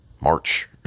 March